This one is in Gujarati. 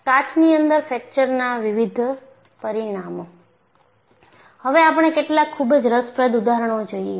કાચની અંદર ફ્રેકચરના વિવિધ પરિણામો હવે આપણે કેટલાક ખૂબ જ રસપ્રદ ઉદાહરણોને જોઈએ